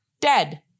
dead